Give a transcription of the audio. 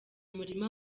murima